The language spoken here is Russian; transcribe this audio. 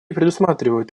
предусматривают